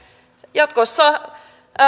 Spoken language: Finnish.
jatkossa